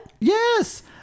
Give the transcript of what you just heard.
Yes